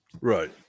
Right